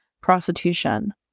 prostitution